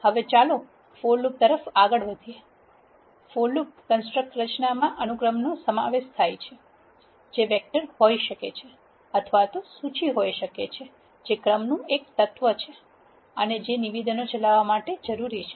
હવે ચાલો for loop પર આગળ વધીએ ફોર લૂપ કન્સ્ટ્રકટ રચનામાં અનુક્રમનો સમાવેશ થાય છે જે વેક્ટર હોઈ શકે છે અથવા સૂચિ હોઈ શકે છે જે ક્રમનું એક તત્વ છે અને જે નિવેદનો ચલાવવા માટે જરૂરી છે